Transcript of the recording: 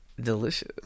Delicious